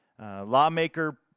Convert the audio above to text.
Lawmaker